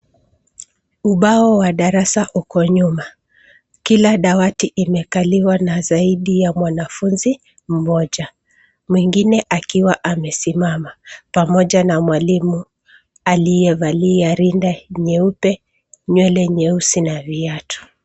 Ubao wa darasa uko nyuma. Kila dawati imekaliwa na zaidi ya mwanafunzi mmoja. Mwingine akiwa amesimama pamoja na mwalimu aliyevalia rinda nyeupe, nywele nyeusi na viatu.